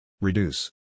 Reduce